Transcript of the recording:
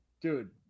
Dude